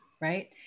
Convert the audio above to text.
Right